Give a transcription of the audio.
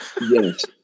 Yes